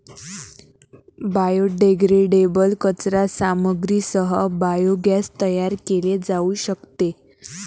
biodegradable कचरा सामग्रीसह biogas तयार केले जाऊ शकते